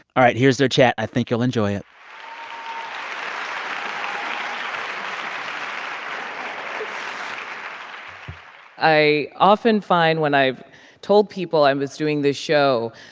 all right. here's their chat. i think you'll enjoy it um i often find when i've told people i was doing this show,